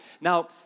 Now